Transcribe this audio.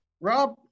Rob